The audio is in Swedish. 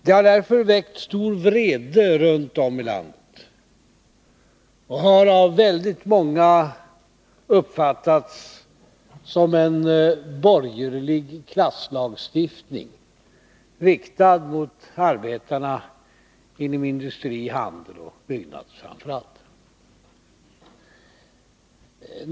Det har därför väckt stor vrede runt om i landet och har av väldigt många uppfattats som en borgerlig klasslagstiftning, riktad mot framför allt arbetarna inom industri, handel och byggande.